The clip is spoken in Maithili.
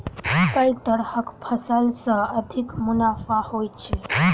केँ तरहक फसल सऽ अधिक मुनाफा होइ छै?